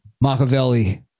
Machiavelli